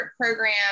program